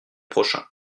prochain